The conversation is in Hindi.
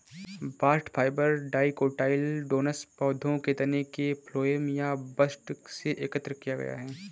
बास्ट फाइबर डाइकोटाइलडोनस पौधों के तने के फ्लोएम या बस्ट से एकत्र किया गया है